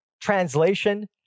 Translation